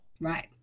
Right